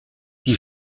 die